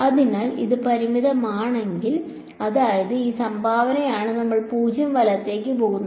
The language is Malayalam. അതിനാൽ അത് പരിമിതമാണെങ്കിൽ അതായത് ഈ സംഭാവനയാണ് നമ്മൾ 0 വലത്തേക്ക് പോകുന്നത്